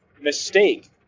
mistake